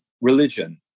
religion